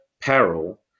peril